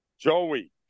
Joey